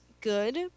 good